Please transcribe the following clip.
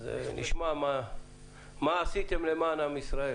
אז נשמע מה עשיתם למען עם ישראל.